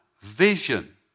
vision